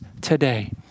today